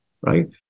right